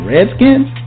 Redskins